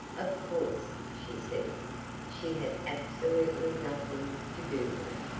of course, she says she had absolutely nothing to do with it.